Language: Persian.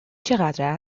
چقدر